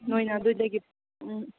ꯅꯣꯏꯅ ꯑꯗꯨꯗꯒꯤ ꯎꯝ